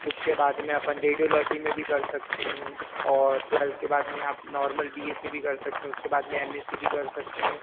उसके बाद में अपन रेडियोलॉजि में भी कर सकते हैं और ट्वेल्थ के बाद में आप नॉर्मल बी एस सी भी कर सकते हैं उसके बाद में एम एस सी भी कर सकते हैं